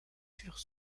furent